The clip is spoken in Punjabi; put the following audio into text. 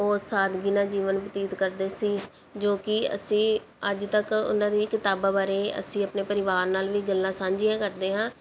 ਉਹ ਸਾਦਗੀ ਨਾਲ ਜੀਵਨ ਬਤੀਤ ਕਰਦੇ ਸੀ ਜੋ ਕਿ ਅਸੀਂ ਅੱਜ ਤੱਕ ਉਹਨਾਂ ਦੀ ਕਿਤਾਬਾਂ ਬਾਰੇ ਅਸੀਂ ਆਪਣੇ ਪਰਿਵਾਰ ਨਾਲ ਵੀ ਗੱਲਾਂ ਸਾਂਝੀਆਂ ਕਰਦੇ ਹਾਂ